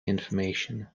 information